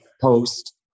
post